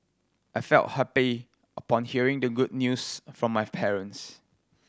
I felt happy upon hearing the good news from my parents